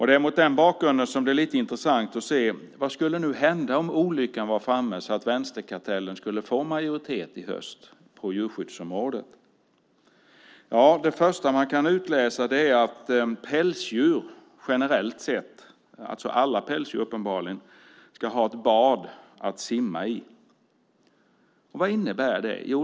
Det är mot den bakgrunden som det är lite intressant att se vad som skulle hända på djurskyddsområdet om olyckan var framme så att vänsterkartellen skulle få majoritet i höst. Det första man kan utläsa är att pälsdjur generellt sett, alla pälsdjur uppenbarligen, ska ha ett bad att simma i. Vad innebär det?